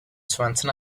twenty